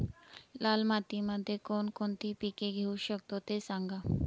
लाल मातीमध्ये कोणकोणती पिके घेऊ शकतो, ते सांगा